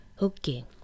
okay